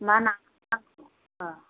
मा नाखौ नांगौ